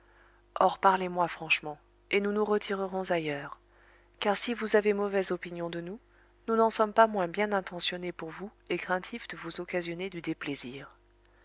or parlez-moi franchement et nous nous retirerons ailleurs car si vous avez mauvaise opinion de nous nous n'en sommes pas moins bien intentionnés pour vous et craintifs de vous occasionner du déplaisir